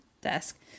desk